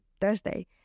Thursday